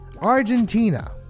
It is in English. Argentina